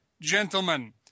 gentlemen